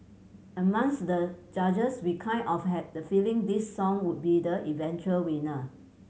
amongst the judges we kind of had the feeling this song would be the eventual winner